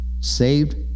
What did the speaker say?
Saved